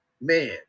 Man